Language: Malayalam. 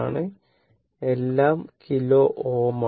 എല്ലാം കിലോ Ω ആണ്